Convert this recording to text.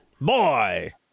Boy